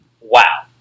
wow